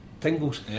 tingles